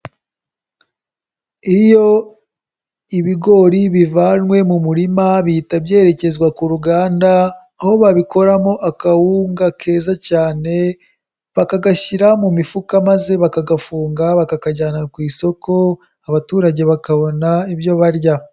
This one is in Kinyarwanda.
Iyo ibigori bivanywe mu murima bihita byerekezwa ku ruganda, aho babikoramo akawunga keza cyane, bakagashyira mu mifuka maze bakagafunga, bakakajyana ku isoko, abaturage bakabona ibyo barya.